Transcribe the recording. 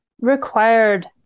required